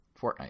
Fortnite